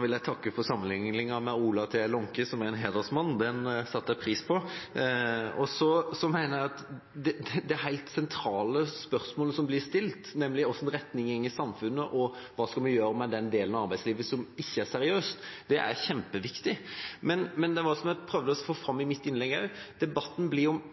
vil jeg få takke for sammenlikningen med Ola T. Lånke, som er en hedersmann. Den satte jeg pris på. Jeg mener at det helt sentrale spørsmålet som blir stilt, spørsmålet om hvilken retning samfunnet går i, og hva vi skal gjøre med den delen av arbeidslivet som ikke er seriøst, er kjempeviktig. Men som jeg prøvde å få fram i innlegget mitt: